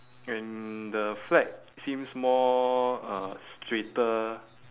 and the flag seems more uh straighter